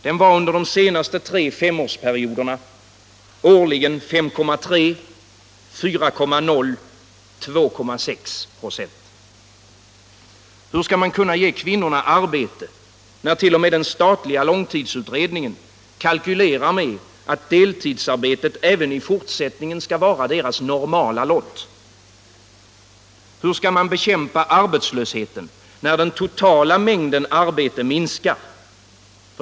Den var under de senaste tre femårsperioderna årligen 5,3 resp. 4,0 och 2,6 96. Hur skall man kunna ge kvinnorna arbete, när t.o.m. den statliga långtidsutredningen kalkylerar med att deltidsarbetet även i fortsättningen skall vara deras normala lott? Hur skall man bekämpa arbetslösheten, när den totala mängden arbete minskar?